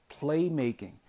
playmaking